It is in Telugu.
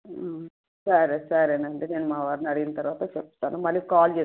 సరే సరే అండి నేను మా వారిని అడిగిన తర్వాత చెప్తాను మళ్ళీ కాల్ చేస్తాను